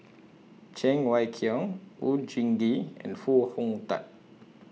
Cheng Wai Keung Oon Jin Gee and Foo Hong Tatt